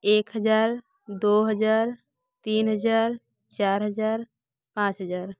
एक हज़ार दो हज़ार तीन हज़ार चार हज़ार पाँच हज़ार